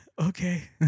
Okay